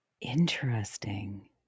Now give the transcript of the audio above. Interesting